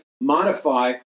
modify